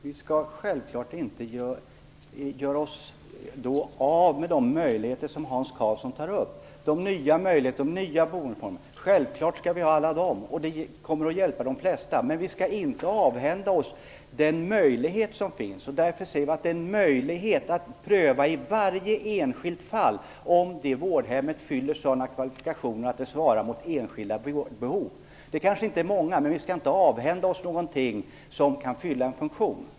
Fru talman! Vi skall självfallet inte göra oss av med de möjligheter som Hans Karlsson tar upp. Självfallet skall vi tillämpa de nya möjligheterna och de nya boendeformerna. Det kommer att hjälpa de flesta. Vi skall dock inte avhända oss den möjlighet som finns att i varje enskilt fall pröva om ett vårdhem har sådana kvalifikationer att det svarar mot enskilda behov. Det kanske inte blir använt så ofta, men vi skall inte avhända oss någonting som kan fylla en funktion.